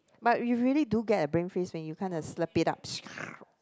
but you will really do get a brain freeze when you kinda slurp it up